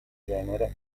genere